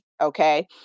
okay